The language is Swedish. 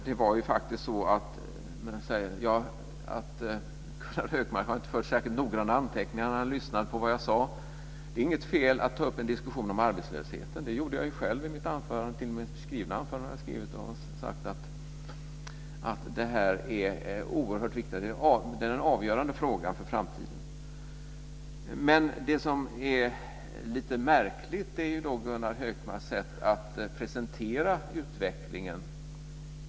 Gunnar Hökmark kan inte ha fört särskilt noggranna anteckningar när han lyssnade på vad jag sade. Det är inget fel att ta upp en diskussion om arbetslösheten. Jag sade ju själv i mitt anförande att det är en avgörande fråga för framtiden. Det som är lite märkligt är Gunnar Hökmarks sätt att presentera utvecklingen.